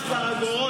12.75